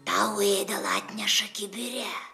tau ėdalą atneša kibire